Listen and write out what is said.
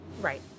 Right